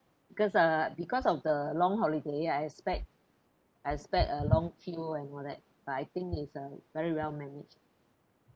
because uh because of the long holiday I expect I expect a long queue and all that but I think it's uh very well managed